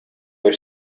were